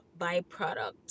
byproduct